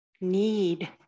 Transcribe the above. need